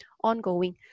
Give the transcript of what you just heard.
Ongoing